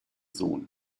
sohn